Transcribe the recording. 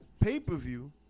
pay-per-view